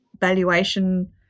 valuation